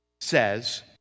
says